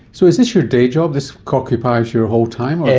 so is this your day job, this occupies your whole time,